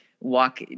walk